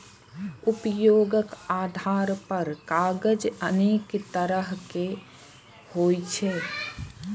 उपयोगक आधार पर कागज अनेक तरहक होइ छै